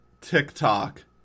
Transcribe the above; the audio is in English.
TikTok